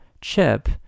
Chip